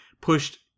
pushed